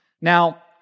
Now